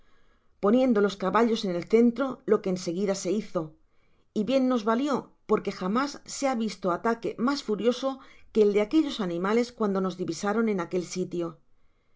poniendo los caballos en el centro lo qus en seguida se hizo y bien nos valió porque jamás se ha visto ataque mas furioso que el de aquellos animales cuande nos divisaron en aquel sitio